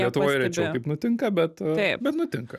lietuvoj rečiau taip nutinka bet bet nutinka